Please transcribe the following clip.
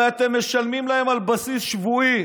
הרי אתם משלמים להם על בסיס שבועי